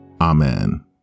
amen